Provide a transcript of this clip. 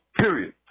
period